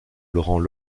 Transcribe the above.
laurent